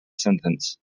sentence